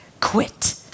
quit